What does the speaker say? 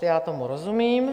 Já tomu rozumím.